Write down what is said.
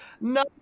No